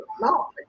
no